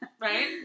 right